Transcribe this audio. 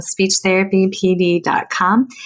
speechtherapypd.com